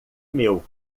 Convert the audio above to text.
meu